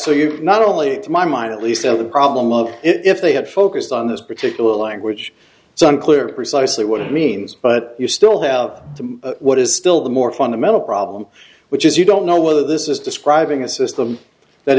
so you not only to my mind at least have the problem of if they have focused on this particular language so unclear precisely what it means but you still have what is still the more fundamental problem which is you don't know whether this is describing a system that